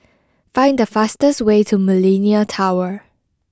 find the fastest way to Millenia Tower